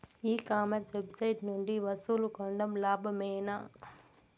ఈ commerce website నుండి వస్తువులు కొనడం లాభమేనా?